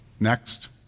Next